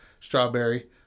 strawberry